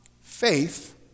faith